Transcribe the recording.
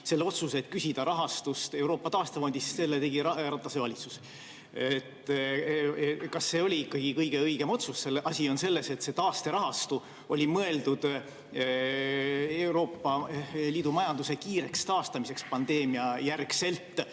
otsuse küsida rahastust Euroopa taastefondist, tegi Ratase valitsus. Kas see oli ikka kõige õigem otsus? Asi on selles, et see taasterahastu oli mõeldud Euroopa Liidu majanduse kiireks pandeemiajärgseks